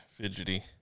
fidgety